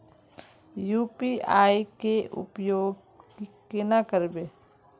UPI के उपयोग केना करबे?